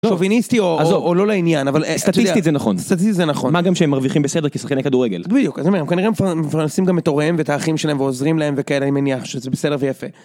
שוביניסטי או לא לעניין, אבל סטטיסטית זה נכון, מה גם שהם מרוויחים בסדר כי הם שחקני כדורגל? בדיוק, הם כנראה מפרנסים גם את הוריהם ואת האחים שלהם ועוזרים להם וכאלה, אני מניח שזה בסדר ויפה.